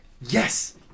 yes